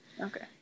Okay